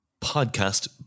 podcast